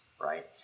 right